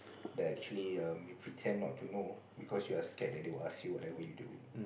that actually um you pretend not to know because you are scared that they would ask you whatever you do